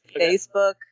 Facebook